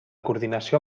coordinació